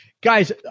guys